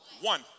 one